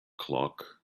clock